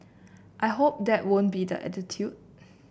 I hope that won't be the attitude